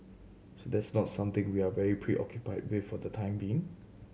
so that's not something we are very preoccupied with for the time being